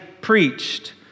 preached